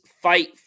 fight